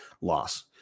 loss